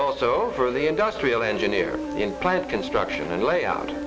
also for the industrial engineer in plant construction and layout